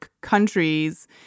countries